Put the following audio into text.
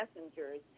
messengers